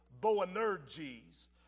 Boanerges